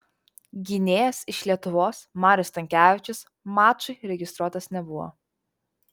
gynėjas iš lietuvos marius stankevičius mačui registruotas nebuvo